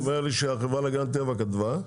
הוא אומר לי שהחברה להגנת הטבע כתבה.